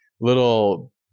little